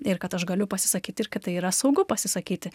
ir kad aš galiu pasisakyt ir kad tai yra saugu pasisakyti